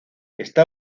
está